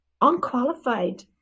unqualified